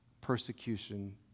persecution